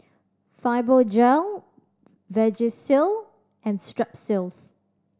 Fibogel Vagisil and Strepsils